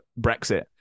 Brexit